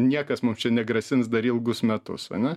niekas mum čia negrasins dar ilgus metus ane